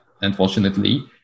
Unfortunately